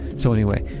so anyway,